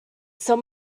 some